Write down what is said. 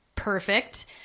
perfect